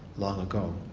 long ago.